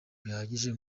bihagije